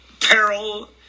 peril